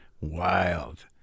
Wild